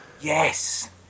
Yes